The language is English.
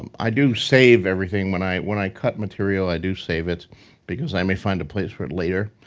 um i do save everything. when i when i cut material, i do save it because i may find a place for it later.